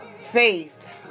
Faith